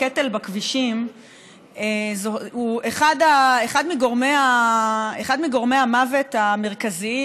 הקטל בכבישים הוא אחד מגורמי המוות המרכזיים.